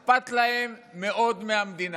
אכפת להם מאוד מהמדינה.